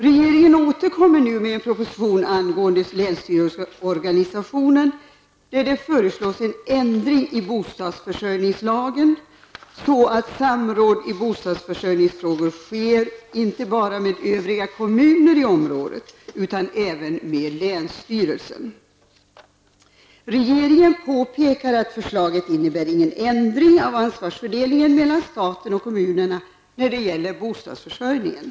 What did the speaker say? Regeringen återkommer nu med en proposition angående länsstyrelseorganisationen, där det föreslås en ändring i bostadsförsörjningslagen så att samråd i bostadsförsörjningsfrågor skall ske, inte bara med övriga kommuner i området utan även med länsstyrelsen. Regeringen påpekar att förslaget inte innebär någon ändring av ansvarsfördelningen mellan staten och kommunerna när det gäller bostadsförsörjningen.